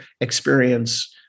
experience